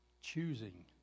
Choosing